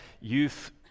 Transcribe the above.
youth